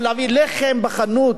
או להביא לחם מהחנות,